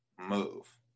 move